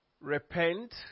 repent